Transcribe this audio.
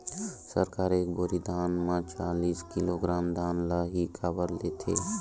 सरकार एक बोरी धान म चालीस किलोग्राम धान ल ही काबर लेथे?